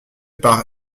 par